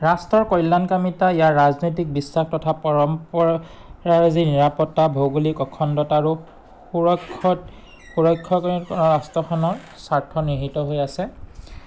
ৰাষ্ট্ৰৰ কল্যাণকামিতা ইয়াৰ ৰাজনৈতিক বিশ্বাস তথা পৰম্পৰাজী নিৰাপত্তা ভৌগোলিক অখণ্ডতা আৰু সুৰক্ষত সুৰক্ষা ৰাষ্ট্ৰখনৰ স্বাৰ্থ নিহিত হৈ আছে